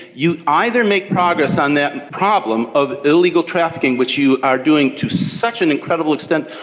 you either make progress on that problem of illegal trafficking which you are doing to such an incredible extent,